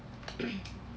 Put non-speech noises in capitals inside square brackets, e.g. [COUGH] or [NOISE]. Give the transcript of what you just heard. [NOISE]